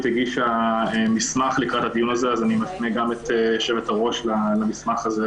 הגישה מסמך לקראת הדיון הזה ואני מפנה גם את יושבת הראש למסמך הזה,